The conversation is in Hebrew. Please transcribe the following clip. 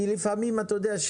כי לפעמים, אתה יודע,